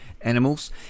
animals